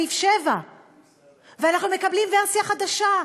סעיף 7. ואנחנו מקבלים ורסיה חדשה,